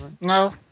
No